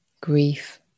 grief